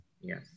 Yes